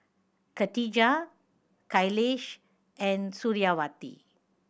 Khadija Khalish and Suriawati